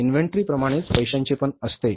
inventory प्रमाणेच पैशांचे पण असते